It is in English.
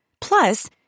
Plus